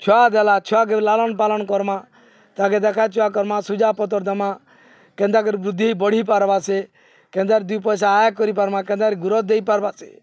ଛୁଆ ଦେଲା ଛୁଆକେ ଲାଳନ ପାଳନ କର୍ମା ତାକେ ଦେଖାଛୁଆ କର୍ମା ସୁଜା ପତର ଦେମା କେନ୍ତାକରି ବୃଦ୍ଧି ବଢ଼ି ପାର୍ବା ସେ କେନ୍ଦାର ଦୁଇ ପଇସା ଆୟ କରିପାର୍ମା କେନ୍ତା ଗୁରସ୍ ଦେଇ ପାର୍ବା ସେ